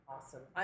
Awesome